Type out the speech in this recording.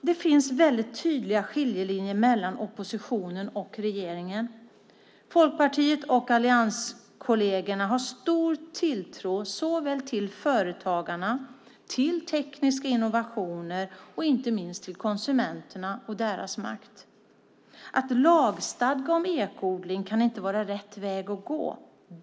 Det finns väldigt tydliga skiljelinjer mellan oppositionen och regeringen. Folkpartiet och allianskollegerna har stor tilltro såväl till företagarna som till tekniska innovationer och inte minst till konsumenterna och deras makt. Att lagstadga om ekoodling kan inte vara rätt väg att gå.